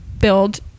build